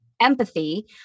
empathy